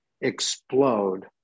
explode